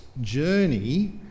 journey